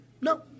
No